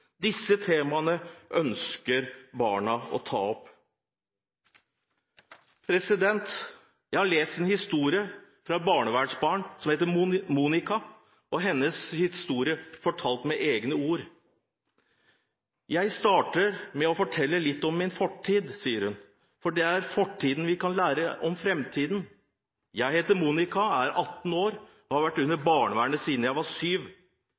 Disse temaene ønsker barna å ta opp. Jeg har lest en historie fra et barnevernsbarn som heter Monica, fortalt med hennes egne ord: «Jeg starter med å fortelle litt om min fortid, for det er av fortiden vi kan lære om fremtiden. Jeg heter Monica, er 18 år, og har vært under barnevernet siden jeg var